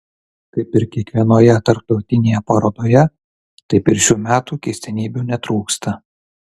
kaip ir kiekvienoje tarptautinėje parodoje taip ir šių metų keistenybių netrūksta